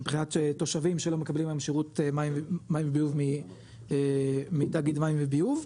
מבחינת תושבים שלא מקבלים היום שירות מים וביוב מתאגיד מים וביוב.